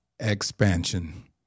expansion